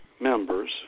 members